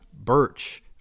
Birch